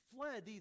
fled